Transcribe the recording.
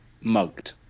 mugged